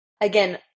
again